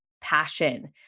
passion